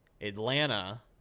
Atlanta